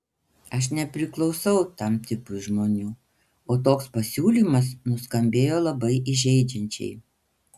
aš nepriklausau tam tipui žmonių o toks pasiūlymas nuskambėjo labai įžeidžiančiai